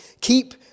keep